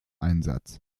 einsatz